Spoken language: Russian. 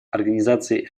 организации